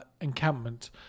encampment